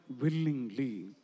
willingly